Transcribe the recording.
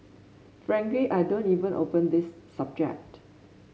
frankly I don't even open this subject